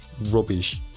rubbish